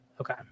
Okay